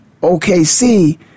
OKC